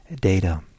data